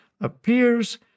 appears